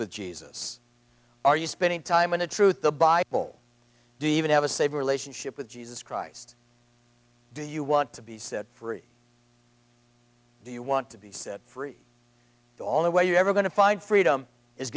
with jesus are you spending time on the truth the bible do you even have a savior relationship with jesus christ do you want to be set free do you want to be set free the only way you're ever going to find freedom is